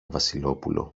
βασιλόπουλο